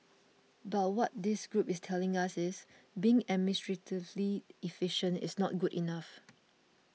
but what this group is telling us is being administratively efficient is not good enough